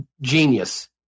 genius